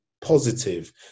positive